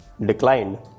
declined